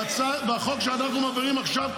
בחוק שאנחנו מעבירים עכשיו,